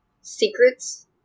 secrets